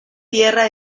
tierra